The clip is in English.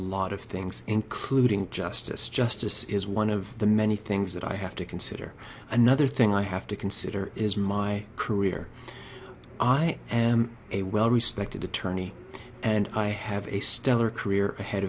lot of things including justice justice is one of the many things that i have to consider another thing i have to consider is my career i am a well respected attorney and i have a stellar career ahead